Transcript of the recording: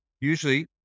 usually